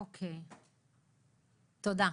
תודה.